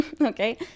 Okay